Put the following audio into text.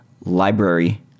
library